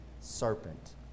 serpent